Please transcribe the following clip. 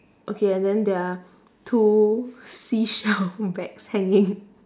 okay and then there are two seashell bags hanging